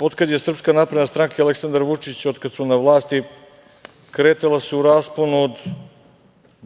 od kada je Srpska napredna stranka i Aleksandar Vučić na vlasti kretala se u rasponu od